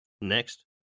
Next